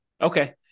Okay